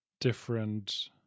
different